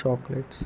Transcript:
chocolates